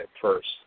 first